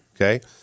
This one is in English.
okay